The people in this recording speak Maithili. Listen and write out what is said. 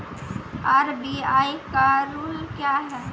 आर.बी.आई का रुल क्या हैं?